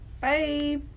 Bye